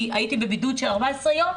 כי הייתי בבידוד של 14 יום.